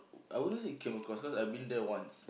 I wouldn't say came across cause I've been there once